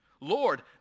Lord